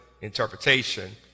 interpretation